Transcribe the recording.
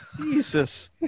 Jesus